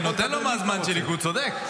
אני נותן לו מהזמן שלי, כי הוא צודק.